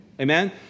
Amen